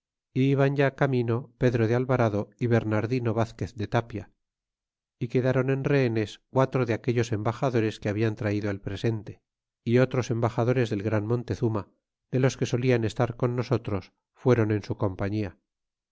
é iban ya camino pedro de alvarado y bernardino vazquez de tapia y quedron en rehenes quatro de aquellos embaxadores que hablan traido el presente y otros embaxadores del gran montezuma de los que solian estar con nosotros fueron en su compañía